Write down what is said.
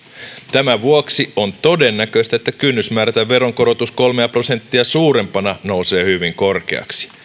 tämän vuoksi on todennäköistä että kynnys määrätä veronkorotus kolmea prosenttia suurempana nousee hyvin korkeaksi